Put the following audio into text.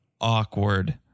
awkward